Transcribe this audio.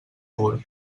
pur